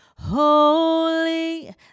Holy